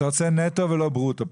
אתה רוצה נטו ולא ברוטו.